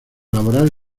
laboral